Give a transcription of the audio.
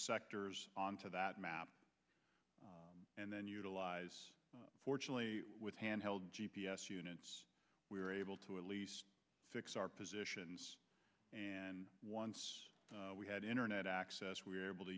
sectors on to that map and then utilize fortunately with handheld g p s units we were able to at least fix our positions and once we had internet access we were able to